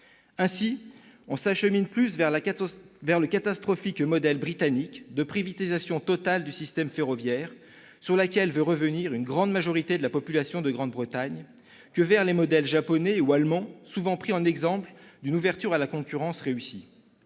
Ainsi, on s'achemine plus vers le catastrophique modèle britannique de privatisation totale du système ferroviaire- sur laquelle veut revenir une grande majorité de la population de Grande-Bretagne -que vers les modèles japonais ou allemand, souvent pris en exemple d'une ouverture à la concurrence réussie.